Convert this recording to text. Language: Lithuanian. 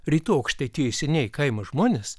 rytų aukštaitijoj senieji kaimo žmonės